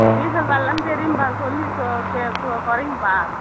diesel வெலைல்லாம் தெரியும்ப்பா சொல்லி கொறையுங்கப்பா